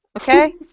Okay